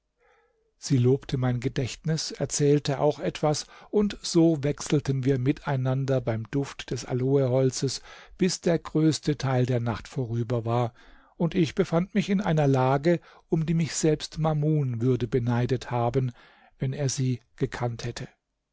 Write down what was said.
sie lobte mein gedächtnis erzählte auch etwas und so wechselten wir miteinander beim duft des aloeholzes bis der größte teil der nacht vorüber war und ich befand mich in einer lage um die mich selbst mamun würde beneidet haben wenn er sie gekannt hätte